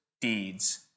deeds